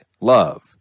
Love